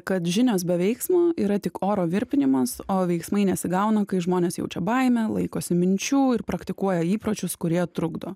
kad žinios be veiksmo yra tik oro virpinimas o veiksmai nesigauna kai žmonės jaučia baimę laikosi minčių ir praktikuoja įpročius kurie trukdo